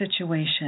situation